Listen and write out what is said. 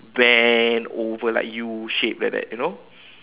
bent over like U shape like that you know